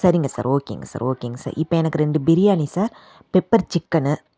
சரிங்க சார் ஓகேங்க சார் ஓகேங்க சார் இப்போ எனக்கு ரெண்டு பிரியாணி சார் பெப்பர் சிக்கனு